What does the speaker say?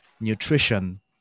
nutrition